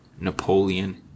Napoleon